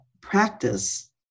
practice